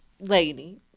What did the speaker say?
lady